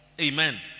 Amen